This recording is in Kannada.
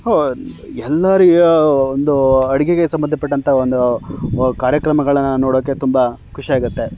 ಒ ಎಲ್ಲರಿಗೆ ಒಂದು ಅಡುಗೆಗೆ ಸಂಬಂಧಪಟ್ಟಂಥ ಒಂದು ವ ಕಾರ್ಯಕ್ರಮಗಳನ್ನು ನೋಡೋಕೆ ತುಂಬ ಖುಷಿಯಾಗುತ್ತೆ